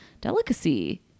delicacy